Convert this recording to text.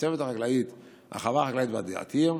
צוות החווה החקלאית ואדי עתיר: